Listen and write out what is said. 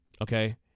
okay